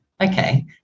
okay